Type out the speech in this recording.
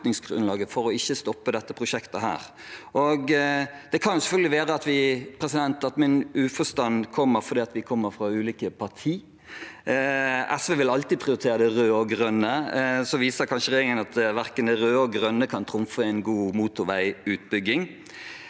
for ikke å stoppe dette prosjektet. Det kan selvfølgelig være at min uforstand kommer av at vi kommer fra ulike partier. SV vil alltid prioritere det røde og grønne. Så viser kanskje regjeringen at verken det røde eller det grønne kan trumfe en god motorveiutbygging,